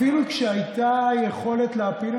אפילו כשהייתה יכולת להפיל,